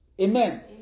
Amen